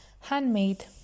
handmade